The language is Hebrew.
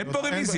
אין רביזיה.